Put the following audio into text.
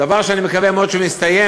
דבר שאני מקווה מאוד שהוא הסתיים,